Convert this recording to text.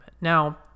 Now